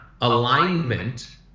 alignment